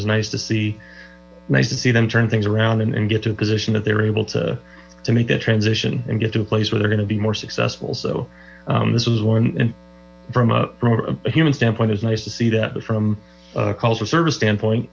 was nice to see nice to see them turn things around and get to the position that they're able to to make that transition and get to a place where they're going to be more successful so this was one from a human standpoint it's nice to see that from a culture service standpoint